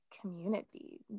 community